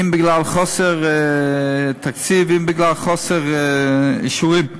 אם בגלל חוסר תקציב, אם בגלל חוסר אישורים.